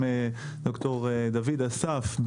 עם ד"ר דוד אסף,